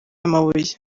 amabuye